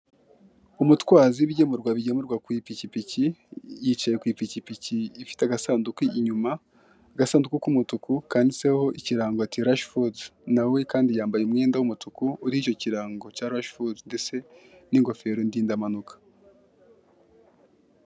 Umutwazi w'ibigemurwa bigemurwa ku ipikipiki yicaye ku ipikipiki ifite agasanduku inyuma, agasanduku k'umutuku kandiditseho ikirango terashifuduzi, na we kandi yambaye umwenda w'umutuku uriho icyo kirango cya rashifudu ndetse n'ingofero ndindampanuka.